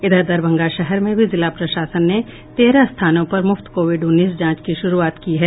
इधर दरभंगा शहर में भी जिला प्रशासन ने तेरह स्थानों पर मुफ्त कोविड उन्नीस जांच की शुरूआत की है